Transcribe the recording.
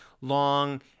long-